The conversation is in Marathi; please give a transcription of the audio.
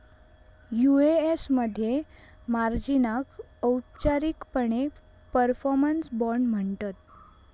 यु.ए.एस मध्ये मार्जिनाक औपचारिकपणे परफॉर्मन्स बाँड म्हणतत